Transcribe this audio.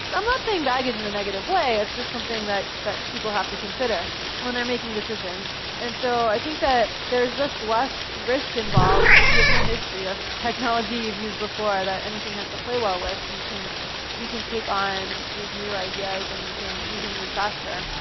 i'm not saying baggage in a negative way, it's just something that that people have to consider when they're making decisions. and so i think that there's just less risk involved if you have no history of technology you've used before that anything has to play well with, you can you can take on these new ideas and you can you can move faster